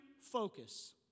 focus